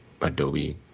Adobe